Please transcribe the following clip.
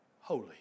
holy